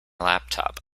laptop